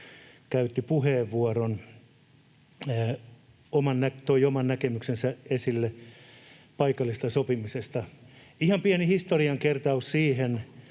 käytti puheenvuoron, toi oman näkemyksensä esille paikallisesta sopimisesta. Ihan pieni historian kertaus siihen.